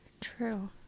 True